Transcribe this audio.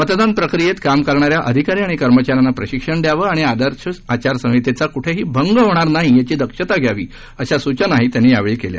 मतदान प्रक्रियेत काम करणाऱ्या अधिकारी आणि कर्मचाऱ्यांना प्रशिक्षण द्यावं आणि आदर्श आचार संहितेचा कुठेही भंग होणार नाही याची दक्षता घ्यावी अशा सूचनाही त्यांनी यावेळी केल्या